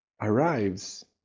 arrives